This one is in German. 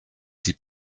die